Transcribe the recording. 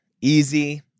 easy